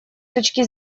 точки